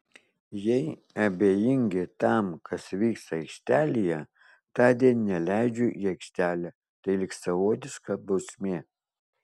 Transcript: jei abejingi tam kas vyksta aikštelėje tądien neleidžiu į aikštelę tai lyg savotiška bausmė